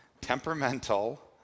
temperamental